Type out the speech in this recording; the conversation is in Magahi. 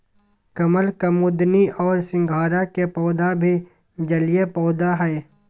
कमल, कुमुदिनी और सिंघाड़ा के पौधा भी जलीय पौधा हइ